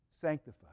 sanctified